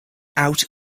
out